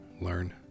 learn